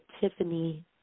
Tiffany